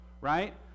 right